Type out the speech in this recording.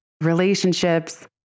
relationships